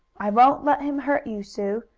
i won't let him hurt you, sue!